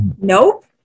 nope